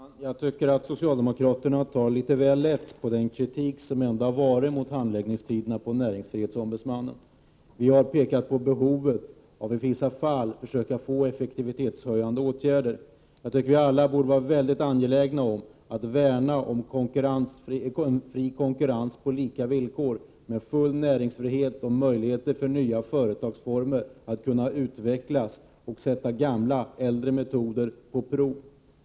Herr talman! Jag tycker att socialdemokraterna tar litet väl lätt på den kritik som ändå har riktats mot näringsfrihetsombudsmannens handläggningstider. Vi har pekat på behovet av att i vissa fall försöka genomföra effektivitetshöjande åtgärder. Jag tycker att vi alla borde vara mycket angelägna om att värna om fri konkurrens på lika villkor, med full näringsfrihet och möjligheter för nya företagsformer att utvecklas och kunna sätta äldre metoder på prov.